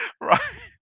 Right